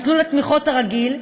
מסלול התמיכות הרגיל,